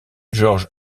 george